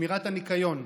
שמירת הניקיון.